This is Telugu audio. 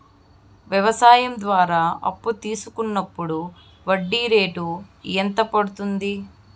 వ్యవసాయం ద్వారా అప్పు తీసుకున్నప్పుడు వడ్డీ రేటు ఎంత పడ్తుంది